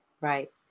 Right